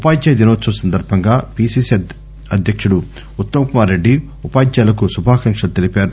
ఉపాధ్యాయ దినోత్సవం సందర్భంగా పిసిసి అధ్యక్షుడు ఉత్తమ్కుమార్రెడ్డి ఉ పాధ్యాయులకు శుభాకాంక్షలు తెలిపారు